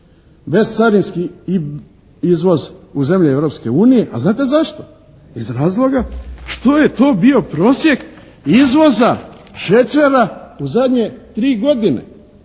bescarinski izvoz u zemlje Europske unije. A znate zašto? iz razloga što je to bio prosjek izvoza šećera u zadnje 3 godine.